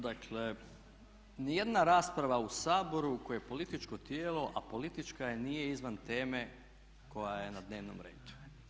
Dakle, ni jedna rasprava u Saboru koje je političko tijelo, a politička je, nije izvan teme koja je na dnevnom redu.